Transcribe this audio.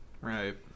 Right